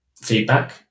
feedback